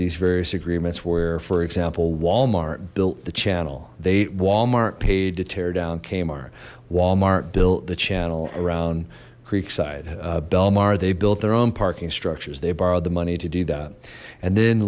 these various agreements where for example walmart built the channel they walmart paid to tear down kmart walmart built the channel around creekside belmar they built their own parking structures they borrowed the money to do that and then